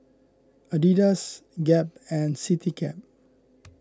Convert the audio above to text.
Adidas Gap and CityCab